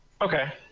Okay